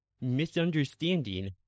misunderstanding